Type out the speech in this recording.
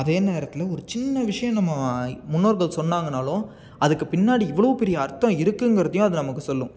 அதே நேரத்தில் ஒரு சின்ன விஷயம் நம்ம முன்னோர்கள் சொன்னாங்கனாலும் அதுக்கு பின்னாடி இவ்வளோ பெரிய அர்த்தம் இருக்குங்கிறதையும் அது நமக்கு சொல்லும்